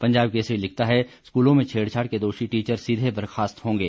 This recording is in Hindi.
पंजाब केसरी लिखता है स्कूलों में छेड़छाड़ के दोषी टीचर सीधे बर्खास्त होंगे